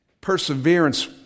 perseverance